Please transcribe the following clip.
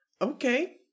Okay